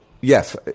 Yes